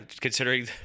considering